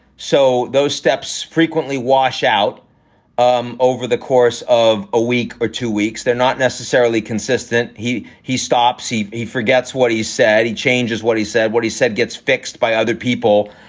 so those steps frequently wash out um over the course of a week or two weeks they're not necessarily consistent. he he stops. he he forgets what he said. he changes what he said. what he said gets fixed by other people.